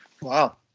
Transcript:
Wow